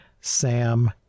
sam